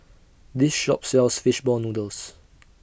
This Shop sells Fish Ball Noodles